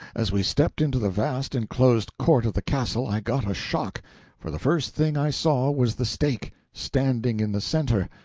as we stepped into the vast enclosed court of the castle i got a shock for the first thing i saw was the stake, standing in the center,